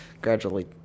gradually